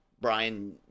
Brian